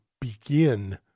begin